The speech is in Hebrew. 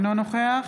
אינו נוכח